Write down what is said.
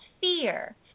fear